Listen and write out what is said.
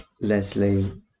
Leslie